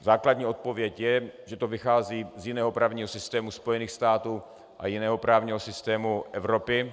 Základní odpověď je, že to vychází z jiného právního systému Spojených států a jiného právního systému Evropy.